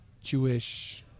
Jewish